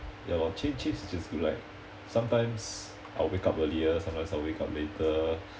ya lor change change is just be like sometimes I'll wake up earlier sometimes I'll wake up later